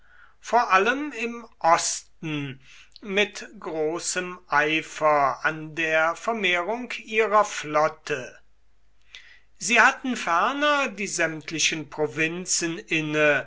vor allem im osten mit großem eifer an der vermehrung ihrer flotte sie hatten ferner die sämtlichen provinzen inne